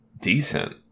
Decent